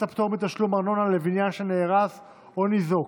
הפטור מתשלום ארנונה לבניין שנהרס או ניזוק),